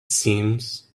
seems